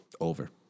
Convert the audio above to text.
Over